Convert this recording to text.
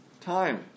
time